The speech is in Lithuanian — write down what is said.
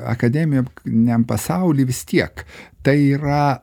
akademiniam pasauly vis tiek tai yra